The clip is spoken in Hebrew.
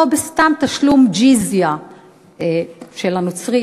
או בסתם תשלום ג'יזיה של הנוצרים,